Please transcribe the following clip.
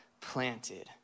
planted